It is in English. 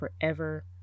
forever